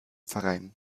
verein